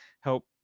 help